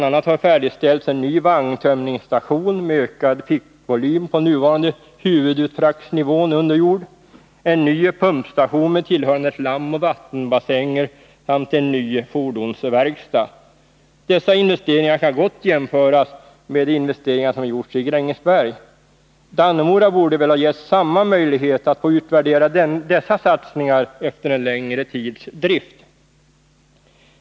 a. har färdigställts en ny vagntömningsstation med ökad fickvolym på nuvarande huvudutfraktsnivå under jord, en ny pumpstation med tillhörande slamoch vattenbassänger samt en ny fordonsverkstad. Dessa investeringar kan gott jämföras med de investeringar som gjorts i Grängesberg. Dannemora borde väl ha getts samma möjligheter att få utvärdera dessa satsningar efter en längre tids drift.